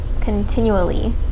continually